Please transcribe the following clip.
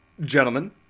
gentlemen